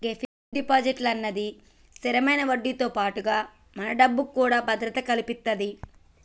గే fix deposit అన్నది స్థిరమైన వడ్డీతో పాటుగా మన డబ్బుకు కూడా భద్రత కల్పితది